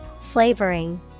Flavoring